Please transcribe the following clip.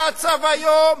קצב היום.